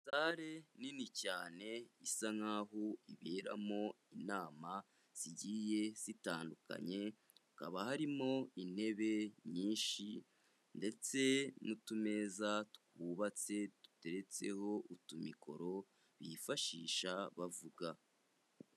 Sale nini cyane isa nk'aho iberamo inama zigiye zitandukanye, hakaba harimo intebe nyinshi ndetse n'utumeza twubatse duteretseho utumikoro bifashisha bavuga.